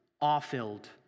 awe-filled